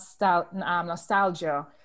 nostalgia